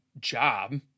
job